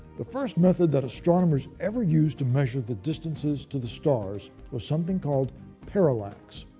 the first method that astronomers ever used to measure the distances to the stars was something called parallax.